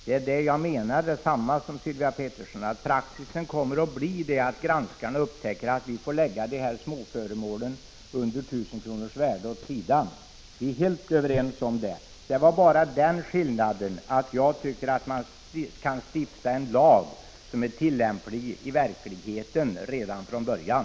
Vad jag menade är precis detsamma som Sylvia Pettersson nu sade; praxis kommer att bli att granskarna upptäcker att vi får lägga småföremål under 1 000 kronors värde åt sidan. Vi är helt överens om det. Det är bara den skillnaden att jag tycker att man kan stifta en lag som redan från början är tillämplig i verkligheten.